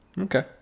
Okay